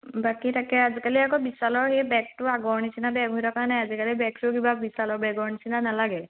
বাকী তাকে আজিকালি আকৌ বিশালৰ সেই বেগটো আগৰ নিচিনা বেগ হৈ থকা নাই আজিকালি বেগটোও কিবা বিশালৰ বেগৰ নিচিনা নালাগে